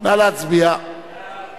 הנמצא כאן וגם שומע אותך,